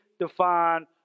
define